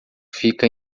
fica